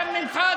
גם ממך,